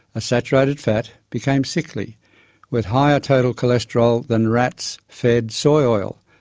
a saturated fat, became sickly with higher total cholesterol than rats fed soy oil,